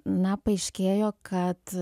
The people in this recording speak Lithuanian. na paaiškėjo kad